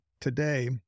today